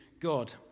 God